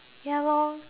ya lor